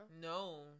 no